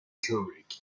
kubrick